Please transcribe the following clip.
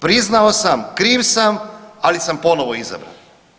Priznao sam, kriv sam, ali sam ponovo izabran.